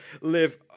live